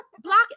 Block